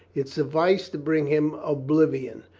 it sufficed to bring him oblivion.